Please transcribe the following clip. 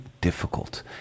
difficult